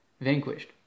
vanquished